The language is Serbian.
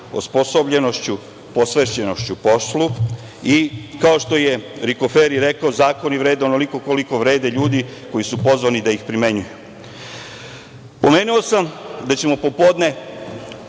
osposobljenošću, posvećenošću poslu, i kao što je Rikoferi rekao – zakoni vrede onoliko koliko vrede ljudi koji su pozvani da ih primenjuju. Pomenuo sam da ćemo popodne